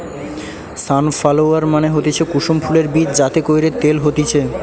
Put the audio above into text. sunflower মানে হতিছে কুসুম ফুলের বীজ যাতে কইরে তেল হতিছে